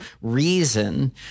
reason